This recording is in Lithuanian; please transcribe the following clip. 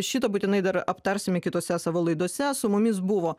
šito būtinai dar aptarsime kitose savo laidose su mumis buvo